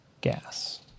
Gas